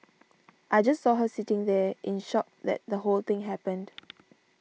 I just saw her sitting there in shock that the whole thing happened